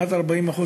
כמעט 40%,